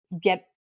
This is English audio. get